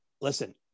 listen